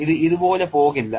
ഇത് ഇതുപോലെ പോകില്ല